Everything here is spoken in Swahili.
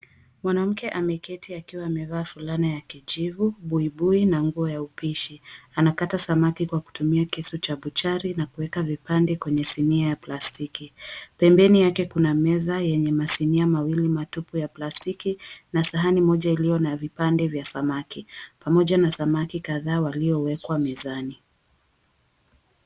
Mwanamke ameketi akiwa amevaa fulana ya kijivu, buibui na nguo ya upishi. Anakata samaki kwa kutumia kisu cha buchari na kuweka vipande kwenye sinia ya plastiki pembeni yake, kuna meza yenye masinia mawili matupu ya plastiki na sahani moja iliyo na vipande vya samaki pamoja na samaki kadhaa waliyowekwa mezani.